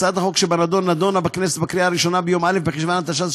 הצעת החוק שבנדון נדונה בכנסת בקריאה הראשונה ביום א' בחשוון התשע"ז,